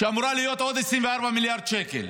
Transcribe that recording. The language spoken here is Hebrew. שאמורה להיות עוד 24 מיליארד שקל.